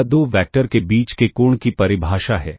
यह दो वैक्टर के बीच के कोण की परिभाषा है